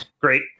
great